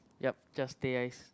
yup just teh ice